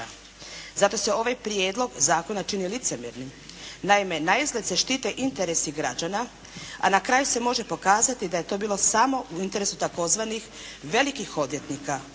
Zato se ovaj Prijedlog zakona čini licemjernim. Naime, naizgled se štite interesi građana, a na kraju se može pokazati da je to bilo samo u interesu tzv. velikih odvjetnika